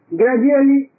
gradually